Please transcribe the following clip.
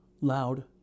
loud